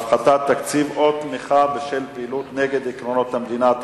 (הפחתת תקציב או תמיכה בשל פעילות נגד עקרונות המדינה),